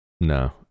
No